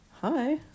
hi